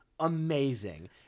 Amazing